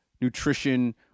nutrition